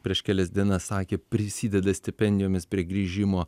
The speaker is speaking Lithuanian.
prieš kelias dienas sakė prisideda stipendijomis prie grįžimo